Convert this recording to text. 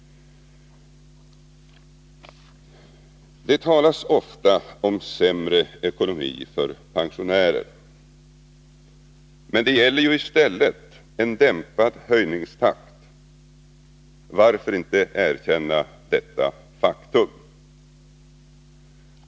Det talas ofta om sämre ekonomi för pensionärer, men det gäller i stället en dämpad höjningstakt. Varför inte erkänna detta faktum?